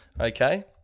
Okay